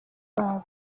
babo